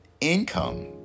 income